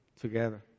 together